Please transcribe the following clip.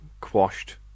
quashed